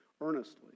earnestly